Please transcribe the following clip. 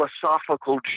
philosophical